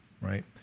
right